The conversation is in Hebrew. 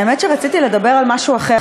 האמת שרציתי לדבר על משהו אחר,